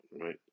right